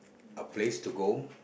a place to go